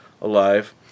alive